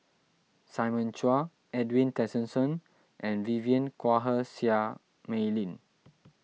Simon Chua Edwin Tessensohn and Vivien Quahe Seah Mei Lin